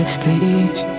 please